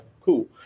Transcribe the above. cool